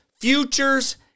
futures